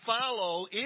follow